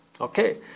Okay